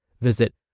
Visit